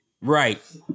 Right